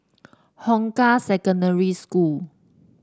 Hong Kah Secondary School